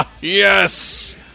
Yes